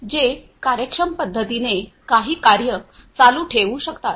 जे कार्यक्षम पद्धतीने काही कार्ये चालू ठेवू शकतात